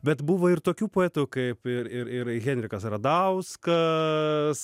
bet buvo ir tokių poetų kaip ir ir ir henrikas radauskas